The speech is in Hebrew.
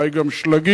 אולי גם שלגים,